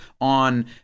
on